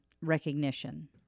recognition